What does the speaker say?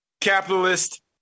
capitalist